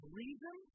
reason